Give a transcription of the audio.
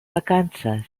vacances